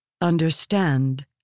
understand